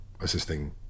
assisting